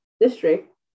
district